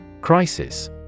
Crisis